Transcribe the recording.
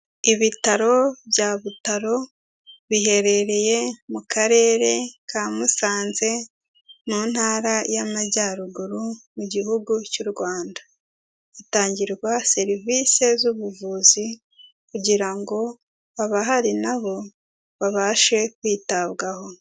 Ibitaro bya Butaro biherereye mu Karere ka Musanze na ntara y'amajyaruguru mu Gihugu cy'u Rwanda, hatangirwa serivise z'ubuvuzi kugira ngo abahari nabo babashe kwitabwaho.